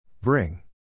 Bring